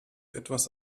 etwas